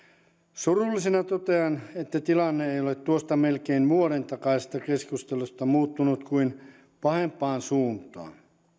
surullisena totean että tilanne ei ei ole tuosta melkein vuoden takaisesta keskustelusta muuttunut kuin pahempaan suuntaan